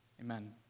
Amen